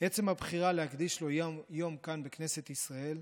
עצם הבחירה להקדיש לו יום כאן בכנסת ישראל,